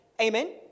Amen